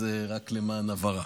אז רק למען ההבהרה.